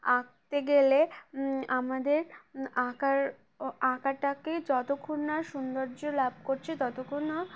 আঁকতে গেলে আমাদের আঁকার আঁকাটাকেই যতক্ষণ না সৌন্দর্য লাভ করছে ততক্ষণ না